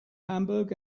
hamburg